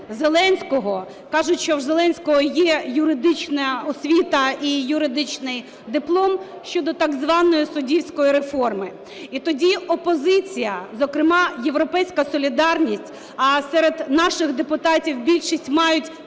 Зеленського, кажуть, що у Зеленського є юридична освіта і юридичний диплом, щодо так званої суддівської реформи. І тоді опозиція, зокрема "Європейська солідарність", а серед наших депутатів більшість мають дійсно